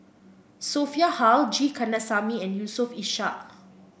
Sophia Hull G Kandasamy and Yusof Ishak